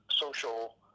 social